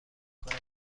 کنم